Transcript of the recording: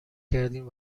کردیم